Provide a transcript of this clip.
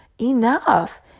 enough